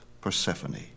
Persephone